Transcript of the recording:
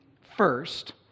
first